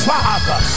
Father